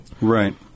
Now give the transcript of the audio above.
Right